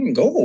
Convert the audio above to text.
go